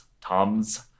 tom's